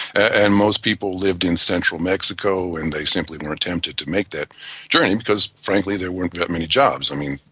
and most people lived in central mexico and they simply weren't tempted to make that journey because frankly there weren't that many jobs. i mean,